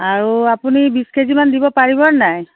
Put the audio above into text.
আৰু আপুনি বিছ কেজিমান দিব পাৰিব নেকি